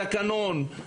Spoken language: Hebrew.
תקנון,